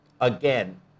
again